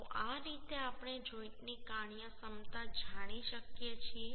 તો આ રીતે આપણે જોઈન્ટની કાર્યક્ષમતા જાણી શકીએ છીએ